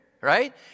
right